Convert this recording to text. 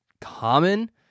common